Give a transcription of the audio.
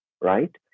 right